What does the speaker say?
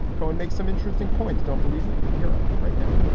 cohen makes some interesting points. don't believe me. you can hear him right now